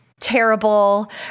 terrible